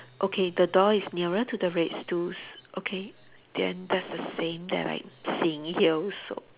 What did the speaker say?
okay the door is nearer to the red stools okay then there's a saying that I seeing here also